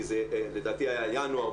כי לדעתי היה ינואר,